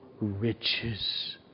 riches